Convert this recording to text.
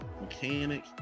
mechanic